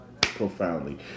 profoundly